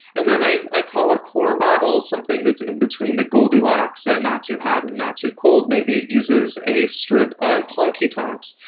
and then i i call a core model something that's in-between the goldilocks, so ah not too hot and not too cold. maybe it uses a strip of honky-tonks,